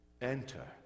Enter